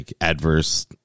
adverse